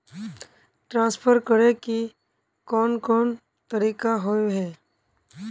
Transfer करे के कोन कोन तरीका होय है?